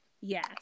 Yes